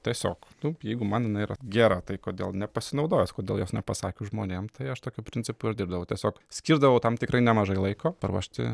tiesiog nu jeigu man jinai yra gera tai kodėl nepasinaudojus kodėl jos nepasakius žmonėm tai aš tokiu principu ir dirbdavau tiesiog skirdavau tam tikrai nemažai laiko paruošti